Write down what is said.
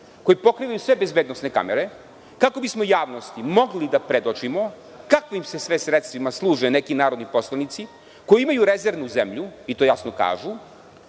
koji pokrivaju sve bezbednosne kamere kako bismo javnosti mogli da predočimo kakvim se sve sredstvima služe neki narodni poslanici koji imaju rezervnu zemlju, i to jasno kažu,